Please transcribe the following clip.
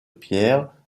pierre